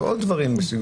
ועוד דברים.